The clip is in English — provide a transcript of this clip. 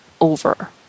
over